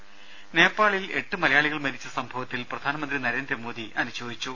രുര നേപ്പാളിൽ എട്ട് മലയാളികൾ മരിച്ച സംഭവത്തിൽ പ്രധാനമന്ത്രി നരേന്ദ്രമോദി അനുശോചിച്ചു